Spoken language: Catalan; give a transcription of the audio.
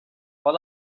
pot